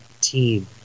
team